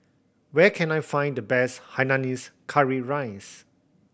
where can I find the best hainanese curry rice